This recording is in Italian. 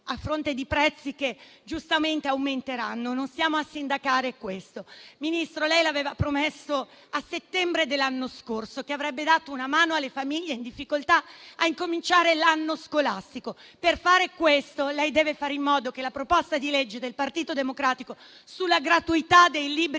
a fronte di prezzi che giustamente - non stiamo a sindacare questo - aumenteranno. Signor Ministro, lei aveva promesso a settembre dell'anno scorso che avrebbe dato una mano alle famiglie in difficoltà a cominciare l'anno scolastico. Per fare questo, deve fare in modo che la proposta di legge del Partito Democratico sulla gratuità dei libri